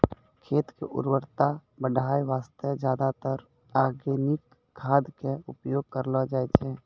खेत के उर्वरता बढाय वास्तॅ ज्यादातर आर्गेनिक खाद के उपयोग करलो जाय छै